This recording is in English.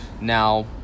Now